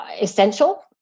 essential